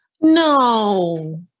No